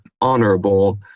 honorable